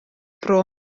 bro